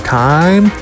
time